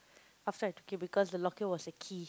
after I took it because the locket was a key